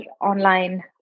online